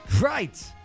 Right